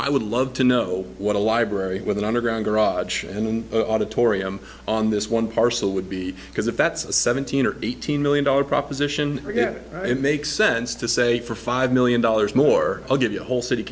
i would love to know what a library with an underground garage and the auditorium on this one parcel would be because if that's a seventeen or eighteen million dollars proposition again it makes sense to say for five million dollars more i'll give you a whole city